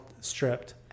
stripped